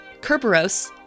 Kerberos